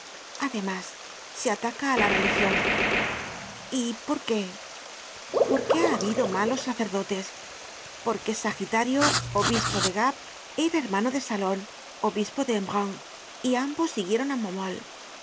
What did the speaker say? además se ataca á la religion ypor qué porque ha habido malos sacerdotes porque sagitario obispo de gap era hermano de salone obispo de embrun y ambos siguieron á